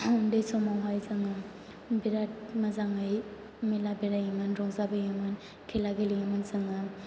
आं उन्दै समावहाय जोङो बिराद मोजाङै मेला बेरायोमोन रंजाबोयोमोन खेला गेलेयोमोन जोङो